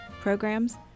programs